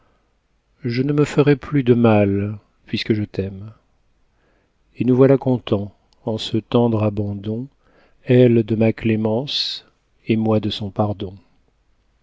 je ne me ferai plus de mal puisque je t'aime et nous voilà contents en ce tendre abandon elle de ma clémence et moi de son pardon